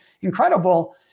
incredible